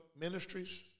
ministries